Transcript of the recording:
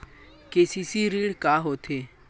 KCC ऋण का होथे?